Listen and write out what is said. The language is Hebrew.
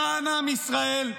למען עם ישראל,